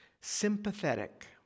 Sympathetic